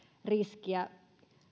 riskiä